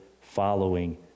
following